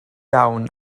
lawn